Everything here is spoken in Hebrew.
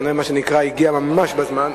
כנראה הגיע ממש בזמן,